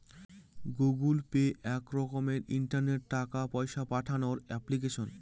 Google Pay এক রকমের ইন্টারনেটে টাকা পয়সা পাঠানোর এপ্লিকেশন